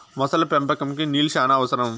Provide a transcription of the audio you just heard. మొసలి పెంపకంకి నీళ్లు శ్యానా అవసరం